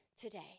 today